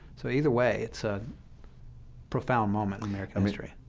so either way, it's a profound moment in american history.